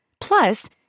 Plus